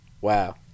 Wow